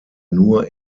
nur